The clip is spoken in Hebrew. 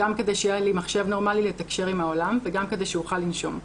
גם כדי שיהיה לי מחשב נורמלי לתקשר עם העולם וגם כדי שאוכל לנשום,